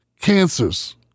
cancers